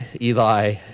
Eli